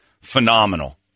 Phenomenal